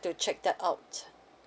to check that out